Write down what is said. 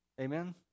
amen